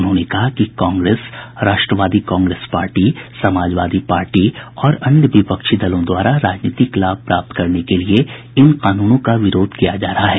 उन्होंने कहा कि कांग्रेस राष्ट्रवादी कांग्रेस पार्टी समाजवादी पार्टी और अन्य विपक्षी दलों द्वारा राजनीतिक लाभ प्राप्त करने के लिए इन कानूनों का विरोध किया जा रहा है